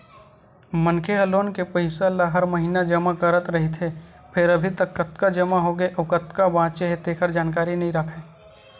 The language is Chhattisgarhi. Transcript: मनखे ह लोन के पइसा ल हर महिना जमा करत रहिथे फेर अभी तक कतका जमा होगे अउ कतका बाचे हे तेखर जानकारी नइ राखय